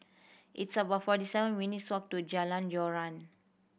it's about forty seven minutes walk to Jalan Joran